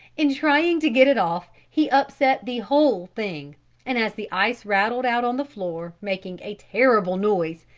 in trying to get it off he upset the whole thing and as the ice rattled out on the floor making a terrible noise,